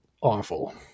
awful